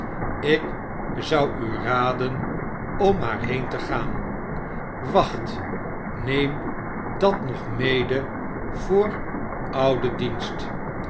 ik zou u raden om maar heen te gaan wacht neem dat nog mede voor ouden dienst